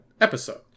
episode